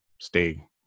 stay